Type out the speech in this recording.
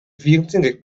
vierentwintig